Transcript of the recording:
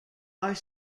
are